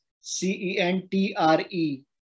C-E-N-T-R-E